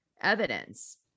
evidence